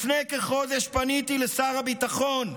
לפני כחודש פניתי לשר הביטחון,